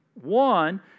One